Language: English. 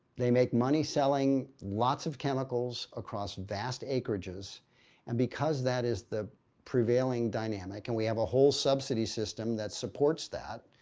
they make money selling lots of chemicals across vast acreages and because that is the prevailing dynamic and we have a whole subsidy system that supports that,